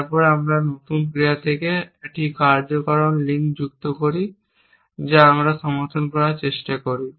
তারপর আমরা এই নতুন ক্রিয়া থেকে একটি কার্যকারণ লিঙ্ক যুক্ত করি যা আমরা সমর্থন করার চেষ্টা করি